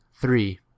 three